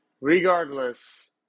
regardless